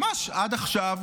ממש עד עכשיו,